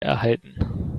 erhalten